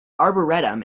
arboretum